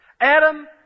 Adam